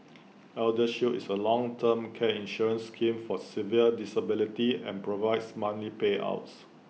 eldershield is A long term care insurance scheme for severe disability and provides monthly payouts